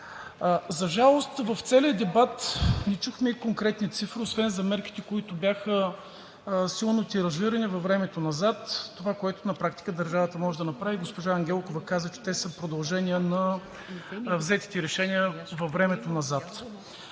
За жалост, в целия дебат не чухме конкретни цифри, освен за мерките, които бяха силно тиражирани във времето назад – това, което на практика държавата може да направи. Госпожа Ангелкова каза, че те са продължение на взетите решения във времето назад.